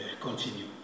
Continue